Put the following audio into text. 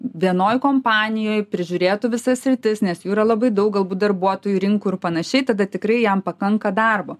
vienoj kompanijoj prižiūrėtų visas sritis nes jų yra labai daug galbūt darbuotojų rinkų ir panašiai tada tikrai jam pakanka darbo